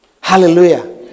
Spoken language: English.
Hallelujah